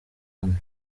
hano